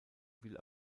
will